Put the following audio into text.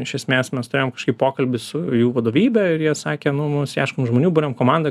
iš esmės mes turėjom kažkaip pokalbį su jų vadovybe ir jie sakė nu mums ieškom žmonių buriam komandą